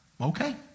Okay